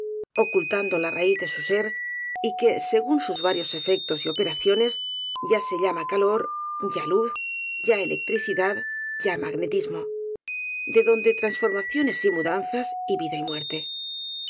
ocultando la raíz de su ser y que según sus varios efectos y operaciones ya se llama calor ya luz ya electricidad ya magnetis mo de donde transformaciones y mudanzas y vida y muerte